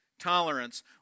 Tolerance